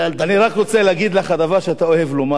אני רק רוצה להגיד לך דבר שאתה אוהב לומר,